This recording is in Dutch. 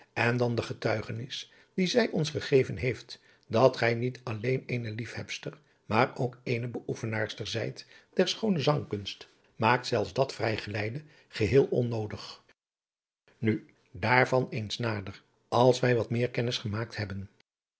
en dan de getuigenis die zij ons gegeven heeft dat gij niet alleen eene liefhebster maar ook eene beoefenaarster zijt der schoone zangkunst maakt zelfs dat vrijgeleide geheel onnoodig nu daarvan eens nader als wij wat meer kennis gemaakt hebben